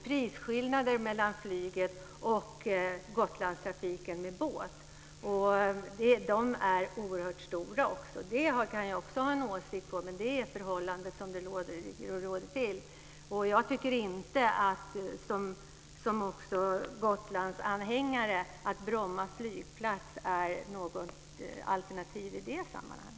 Prisskillnaderna mellan flyget och Gotlandstrafiken med båt är oerhört stora. Det kan jag ha en åsikt om, men nu är det det förhållandet som råder. Jag tycker inte som Gotlandsanhängare att Bromma flygplats är något alternativ i detta sammanhang.